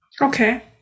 Okay